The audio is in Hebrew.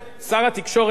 עם הקואליציה הזאת,